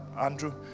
Andrew